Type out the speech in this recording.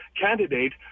candidate